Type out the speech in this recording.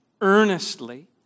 earnestly